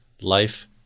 life